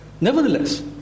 Nevertheless